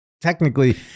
technically